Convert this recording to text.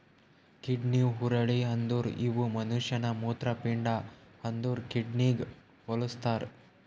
kidney ಹುರುಳಿ ಅಂದುರ್ ಇವು ಮನುಷ್ಯನ ಮೂತ್ರಪಿಂಡ ಅಂದುರ್ ಕಿಡ್ನಿಗ್ ಹೊಲುಸ್ತಾರ್